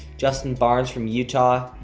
justin barnes from utah.